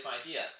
idea